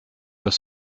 aus